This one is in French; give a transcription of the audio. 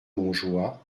montjoie